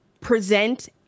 present